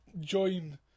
join